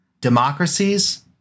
democracies